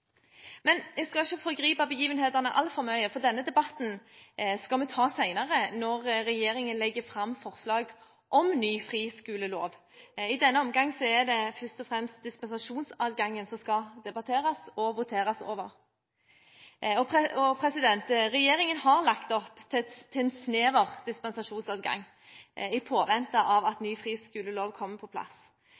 Men jeg skal ikke foregripe begivenhetene altfor mye, for denne debatten skal vi ta senere, når regjeringen legger fram forslag om ny friskolelov. I denne omgang er det først og fremst dispensasjonsadgangen som skal debatteres og voteres over. Regjeringen har lagt opp til en snever dispensasjonsadgang i påvente av at ny friskolelov kommer på plass.